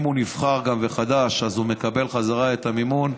אם הוא נבחר מחדש אז הוא מקבל חזרה את המימון,